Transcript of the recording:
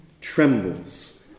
Trembles